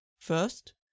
First